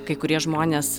kai kurie žmonės